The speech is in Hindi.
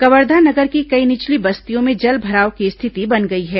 कवर्धा नगर की कई निचली बस्तियों में जलभराव की स्थिति बन गई है